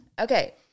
Okay